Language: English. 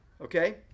okay